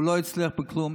הוא לא יצליח בכלום.